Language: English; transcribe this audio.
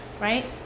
right